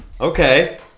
Okay